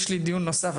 יש לי דיון נוסף,